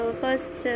first